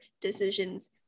decisions